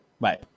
Bye